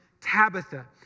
Tabitha